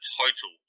total